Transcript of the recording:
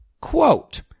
Quote